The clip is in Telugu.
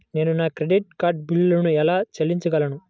నేను నా క్రెడిట్ కార్డ్ బిల్లును ఎలా చెల్లించగలను?